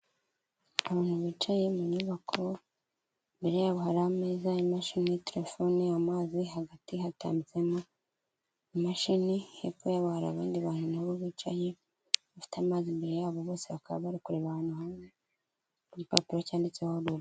Abantu bicaye mu nyubako, imbere yabo hari, ameza imashini, telefone, amazi, hagati hatambitsemo imashini, hepfo yabo hari abandi bantu na bo bicaye, bafite amazi, imbere yabo bose bakaba ba kureba ahantu hamwe, kugipapuro cyanditseho RURA.